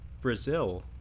Brazil